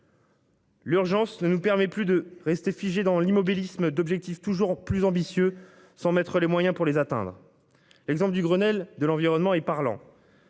L'urgence ne nous permet plus de rester figé dans l'immobilisme d'objectifs toujours plus ambitieux sans mettre les moyens pour les atteindre. L'exemple du Grenelle de l'environnement et parlant.